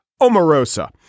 Omarosa